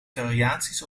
variaties